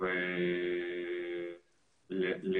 זה עניין של הנגשת מידע.